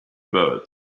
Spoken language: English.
birds